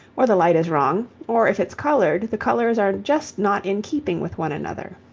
or the light is wrong or, if it's coloured, the colours are just not in keeping with one another.